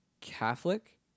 Catholic